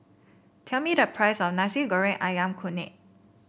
tell me the price of Nasi Goreng ayam kunyit